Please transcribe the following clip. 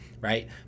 right